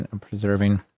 preserving